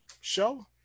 show